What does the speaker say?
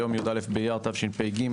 היום י"א באייר התשפ"ג,